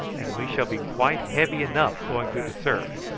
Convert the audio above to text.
and we shall be quite heavy enough going through the surf.